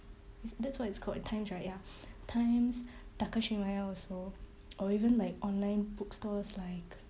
that's what it's called time berjaya times takashimaya also or even like online bookstores like